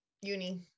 uni